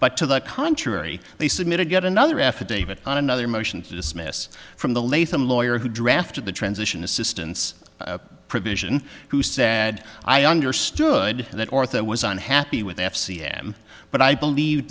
but to the contrary they submitted yet another affidavit on another motion to dismiss from the layton lawyer who drafted the transition assistance provision who said i understood that arthur was unhappy with f c m but i believe